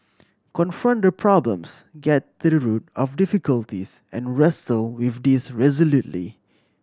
confront the problems get to the root of difficulties and wrestle with these resolutely